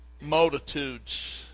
multitudes